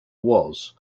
was